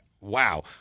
wow